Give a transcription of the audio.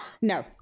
No